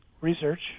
research